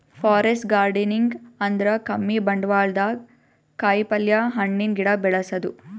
forest gardening ಅಂದ್ರ ಕಮ್ಮಿ ಬಂಡ್ವಾಳ್ದಾಗ್ ಕಾಯಿಪಲ್ಯ, ಹಣ್ಣಿನ್ ಗಿಡ ಬೆಳಸದು